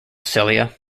cilia